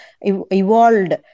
evolved